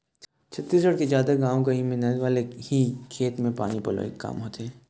छत्तीसगढ़ के जादा अकन गाँव गंवई म नरूवा ले ही खेत म पानी पलोय के काम होथे